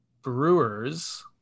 Brewers